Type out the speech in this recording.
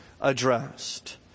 addressed